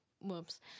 whoops